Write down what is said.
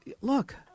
Look